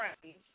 friends